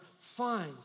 find